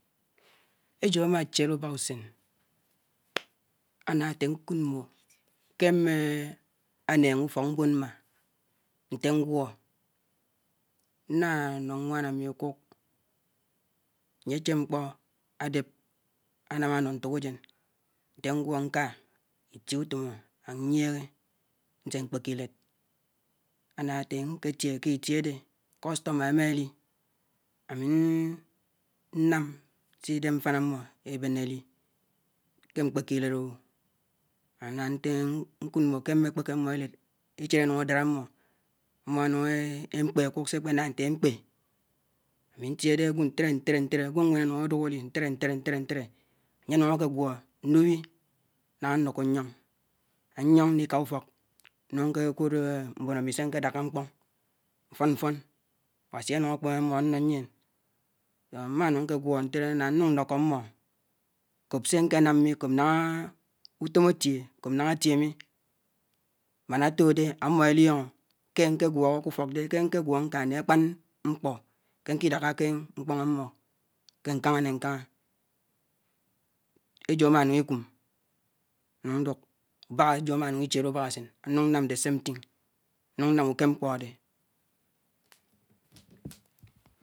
Éjò ámá chidè ubákásèn áná átè nkùd mbò kè mmè nèngè ùfok mboñ mma nte ngwò nà nó nwaan ámi ákùk ányè chè mkpò á dèp ánám ánò ntókájèn nté ngwó nká ntié ùtóm ányiègè nsè mkpèkè idèd áná nté nké tiẽ ké itié ádè customer émà li ámi nnám si dẽ mfáná ánò èbènè li kẽ mkpèkè ĩlèd o. áná nté nkiid ké mmé kpèkè ámmò ilèd échid ányùñ ádád ámmò ámmò énúñ èmkpè ákùk kpè ná ntè émkpé ámi ntie dé gwó ntèdè. ntèdè. ntèdè. ntèdè ágwò nwén ánúñ ádùk ádi ntédè. ntèdè. ntèdè. ntèdè ányè ánuk ákè gwó ndùbi nángá nnùkó nyióñ. ányióñ ndi ká ufók núñ nké kùd mmón ámi sé nké dáká mkpóñ mfón mfón awasi ánúñ ákpèmè ámmò ánnò nyién. ma nùñ nke gwó ntèdè áná núñ ndókó mmò kop se nke nàm mi. kop naña ùtton ákè yiè mi màn átò dè ámmò elióñó ke ánkè gwóhó k'ùfók dè kè nkè gwó iká inám akpan mkpó ke nki dákákè mkpò ámmò ke nkáñá né nkáñá. éjò ámánùñ ikùm nùñ ndùk. éjò ámá nùñ ĩchèlè ubàhàsén nùñ nnam the same thing, nùñ nám ùkem mkpò ádè.